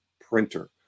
printer